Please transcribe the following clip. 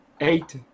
Eight